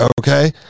okay